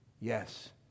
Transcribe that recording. yes